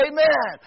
Amen